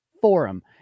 forum